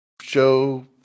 show